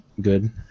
good